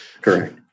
Correct